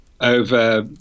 over